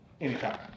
anytime